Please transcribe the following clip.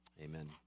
amen